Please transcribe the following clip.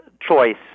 choice